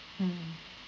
mm